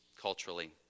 culturally